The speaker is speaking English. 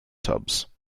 tubs